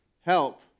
help